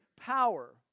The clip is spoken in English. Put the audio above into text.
power